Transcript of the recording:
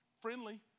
friendly